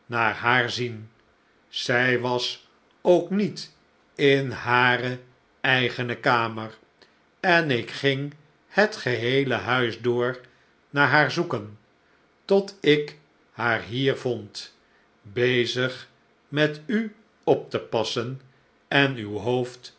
naar haar zien zij was ook niet in hare eigene kamer en ik ging het geheele huis door naar haar zoeken tot ik haar hier vond bezig met u op te passen en uw hoofd